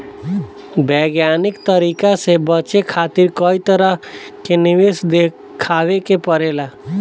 वैज्ञानिक तरीका से बचे खातिर कई तरह के निवेश देखावे के पड़ेला